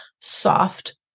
soft